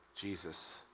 Jesus